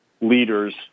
leaders